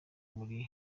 muri